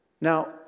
Now